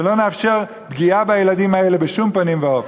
ולא נאפשר פגיעה בילדים האלה בשום פנים ואופן.